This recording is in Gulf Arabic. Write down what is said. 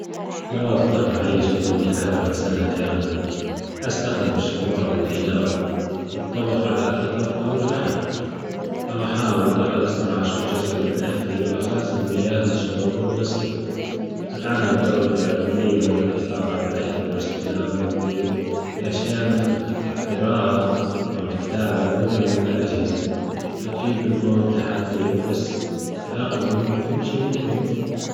لو هأضطر أعيش بدون كهربا سنة كاملة، أستخدم الشموع للإنارة، والطبخ على الحطب أو الفحم أو أحاول أزرع جزء من أكلي وأخزن مياه للشرب والغسيل، أتعلم طرق جديمة للحفاظ على الأكل واستخدام وجتي بأشياء مثل القراءة أو الكتابة بدل الأجهزة، أكيد بيكون تحدي بس التأقلم كل شي ممكن.